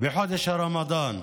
בחודש הרמדאן.